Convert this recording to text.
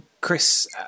Chris